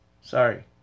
Sorry